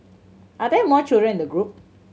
are there more children in the group